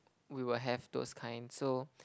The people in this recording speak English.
we will have those kind so